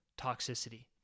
toxicity